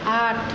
আট